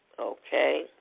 okay